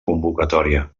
convocatòria